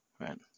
right